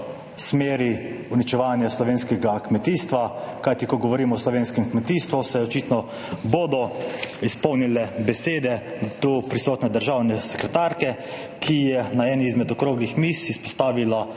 smeri uničevanja slovenskega kmetijstva, kajti ko govorimo o slovenskem kmetijstvu, se bodo očitno izpolnile besede tu prisotne državne sekretarke, ki je na eni izmed okroglih miz izpostavila